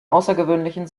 außergewöhnlichen